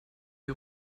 die